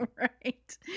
right